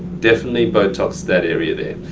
definitely botox that area there.